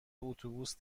اتوبوس